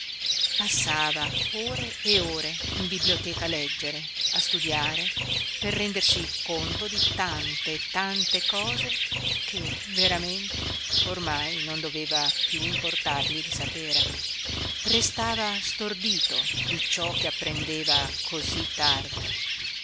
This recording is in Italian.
passava ore e ore in biblioteca a leggere a studiare per rendersi conto di tante e tante cose che veramente ormai non doveva più importargli di sapere restava stordito di ciò che apprendeva così tardi